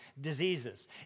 diseases